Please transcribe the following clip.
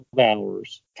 hours